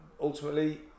Ultimately